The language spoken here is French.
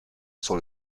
sur